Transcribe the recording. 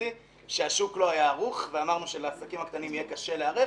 שהשוק לא היה ערוך ואמרנו שלעסקים הקטנים יהיה קשה להיערך.